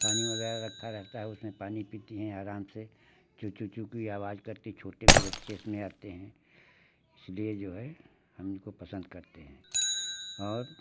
पानी वग़ैरह रखा रहता है उसमें पानी पीती हैं आराम से चूँ चूँ चूँ की आवाज़ करती हैं छोटे भी बच्चे इसमें आते हैं इसलिए जो है हम इनको पसन्द करते हैं और